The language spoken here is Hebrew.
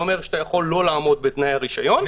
אומר שאתה יכול לא לעמוד בתנאי הרשיון.